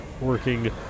working